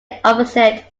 opposite